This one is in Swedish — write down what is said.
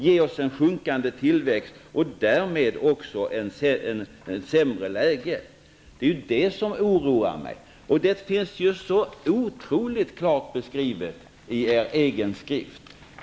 Det ger en minskande tillväxt och därmed ett sämre läge. Det är det som oroar mig. Det finns ju så otroligt klart beskrivet i er egen skrift.